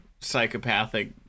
psychopathic